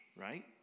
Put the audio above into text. right